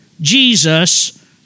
Jesus